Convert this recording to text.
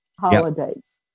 holidays